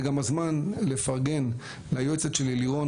זה גם הזמן לפרגן ליועצת שלי לירון